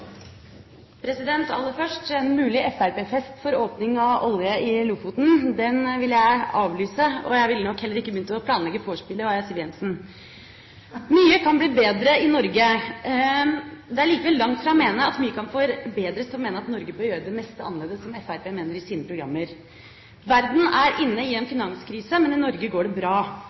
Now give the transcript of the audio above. jeg ville nok heller ikke begynt å planlegge vorspielet, var jeg Siv Jensen. Mye kan bli bedre i Norge. Det er likevel langt fra å mene at mye kan forbedres til å mene at Norge bør gjøre det meste annerledes, som Fremskrittspartiet mener i sine programmer. Verden er inne i en finanskrise, men i Norge går det bra.